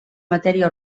matèria